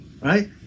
Right